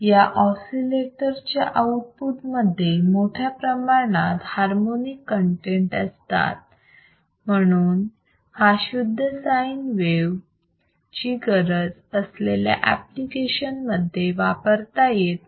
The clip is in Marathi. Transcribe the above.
या ऑसिलेटर च्या आउटपुट मध्ये मोठ्या प्रमाणात हार्मोनिक कन्टेन्ट असतात म्हणून हा शुद्ध साईन वेव ची गरज असलेल्या एप्लिकेशन्स मध्ये वापरता येत नाही